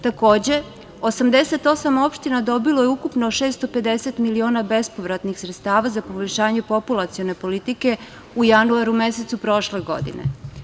Takođe, 88 opština dobilo je ukupno 650 miliona bespovratnih sredstava za poboljšanje populacione politike u januaru mesecu prošle godine.